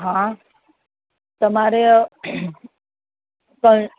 હં તમારે પણ